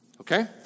Okay